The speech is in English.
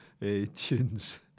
tunes